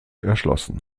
erschlossen